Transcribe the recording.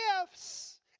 gifts